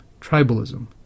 tribalism